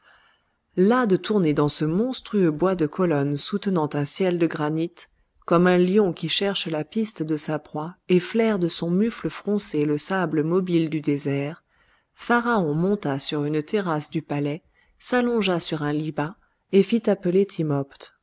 las de tourner dans ce monstrueux bois de colonnes soutenant un ciel de granit comme un lion qui cherche la piste de sa proie et flaire de son mufle froncé le sable mobile du désert pharaon monta sur une terrasse du palais s'allongea sur un lit bas et fit appeler